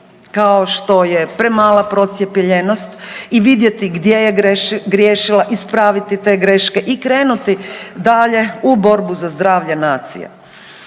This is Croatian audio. kao što je premala procijepljenost i vidjeti gdje je griješila, ispraviti te greške i krenuti dalje u borbu za zdravlje nacije.